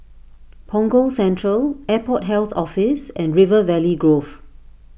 Punggol Central Airport Health Office and River Valley Grove